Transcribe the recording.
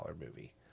movie